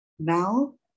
Now